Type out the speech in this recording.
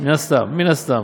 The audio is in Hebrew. מן הסתם, מן הסתם.